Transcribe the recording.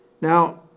Now